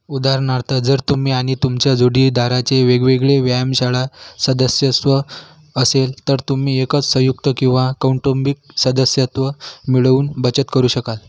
उदाहरणार्थ जर तुम्ही आणि तुमच्या जोडीदाराचे वेगवेगळे व्यायामशाळा सदस्यस्व असेल तर तुम्ही एकच संयुक्त किंवा कौटुंबिक सदस्यत्व मिळवून बचत करू शकाल